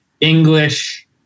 English